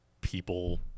people